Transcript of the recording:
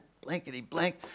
Blankety-blank